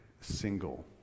single